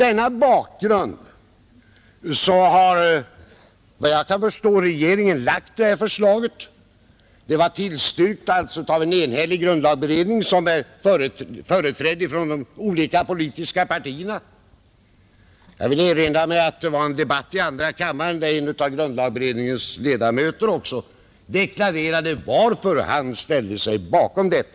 Det är mot den bakgrunden som regeringen har lagt fram detta förslag, som alltså har tillstyrkts av en enhällig grundlagberedning, i vilken det finns företrädare för de olika politiska partierna. Jag vill också i sammanhanget erinra om att vi hade en debatt i andra kammaren, där en av beredningens ledamöter deklarerade varför han ställde sig bakom förslaget.